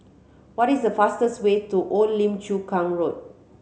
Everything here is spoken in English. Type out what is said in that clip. what is the fastest way to Old Lim Chu Kang Road